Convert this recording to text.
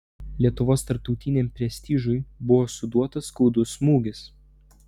lietuvos tarptautiniam prestižui buvo suduotas skaudus smūgis